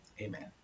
Amen